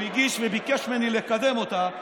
הוא הגיש וביקש ממני לקדם אותה.